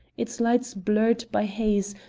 its lights blurred by haze,